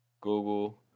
Google